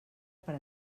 per